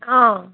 অঁ